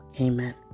Amen